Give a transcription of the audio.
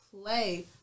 play